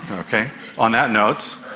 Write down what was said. on that note,